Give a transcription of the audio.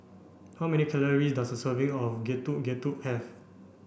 how many calories does a serving of Getuk Getuk have